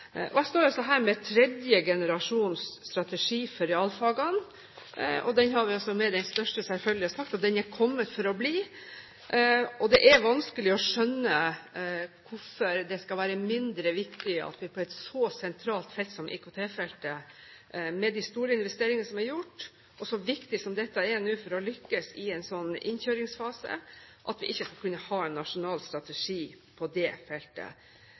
står her med tredjegenerasjons strategi for realfagene, og om den har vi med den største selvfølgelighet sagt at den er kommet for å bli. Det er vanskelig å skjønne hvorfor det skal være mindre viktig at vi på et så sentralt felt som IKT-feltet, med de store investeringer som er gjort, og så viktig som dette nå er for å lykkes i en innkjøringsfase, ikke skal kunne ha en nasjonal strategi. Jeg synes ikke statsråden var overbevisende i sin redegjørelse her for hvorfor det